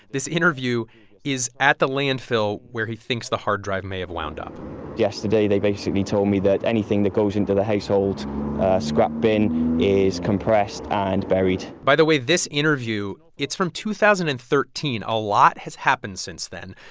this interview is at the landfill where he thinks the hard drive may have wound up yesterday they basically told me that anything that goes into the household scrap bin is compressed and buried by the way, this interview, it's from two thousand and thirteen. a lot has happened since then.